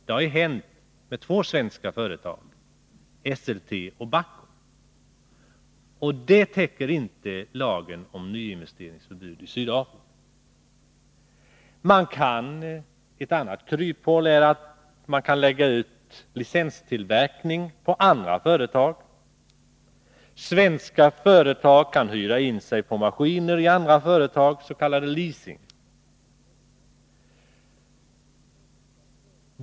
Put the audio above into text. Så har hänt med två svenska företag — SLT och Bahco. Detta täcker inte lagen om förbud mot nyinvesteringar i Sydafrika. Ett annat kryphål är att man kan lägga licenstillverkning på andra företag. Svenska företag kan hyra in sig på maskiner i andra företag, s.k. leasing.